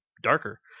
Darker